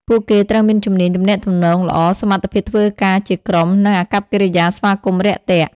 ពួកគេត្រូវមានជំនាញទំនាក់ទំនងល្អ សមត្ថភាពធ្វើការជាក្រុម និងអាកប្បកិរិយាស្វាគមន៍រាក់ទាក់។